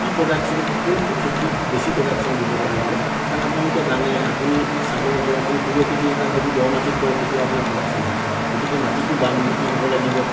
কি প্ৰডাকশ্যনটো কোনতো খেতিত বেছি প্ৰডাকশ্যন দিব পাৰিব কাৰণ আপোনালোকে জানে আপুনি চাব যে আপুনি সৰিয়হ খেতি যদি এটা দ মাটিত কৰে কেতিয়াও আপোনাৰ প্ৰডাকশ্যন ভাল নহয় গতিকে মাটিটো বাম মাটি হ'ব লাগিব